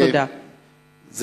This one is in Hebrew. תודה רבה.